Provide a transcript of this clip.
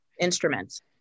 instruments